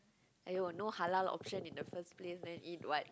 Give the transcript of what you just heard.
!aiyo! no halal options in the first place then eat what